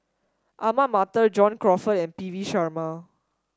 Ahmad Mattar John Crawfurd and P V Sharma